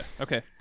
Okay